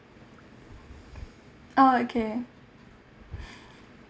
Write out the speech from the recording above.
oh okay